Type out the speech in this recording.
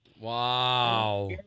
wow